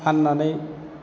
फाननानै